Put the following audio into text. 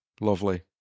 Lovely